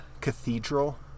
Cathedral